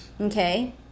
okay